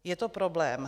Je to problém.